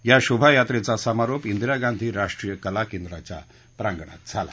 या शोभा यात्रेचा समारोप इंदिरा गांधी राष्ट्रीय कला केंद्राच्या प्रांगणावर झाला